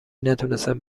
نتونستن